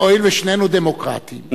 הואיל ושנינו דמוקרטים,